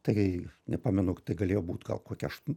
tai nepamenu tai galėjo būt gal kokia aš